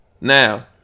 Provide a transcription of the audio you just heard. Now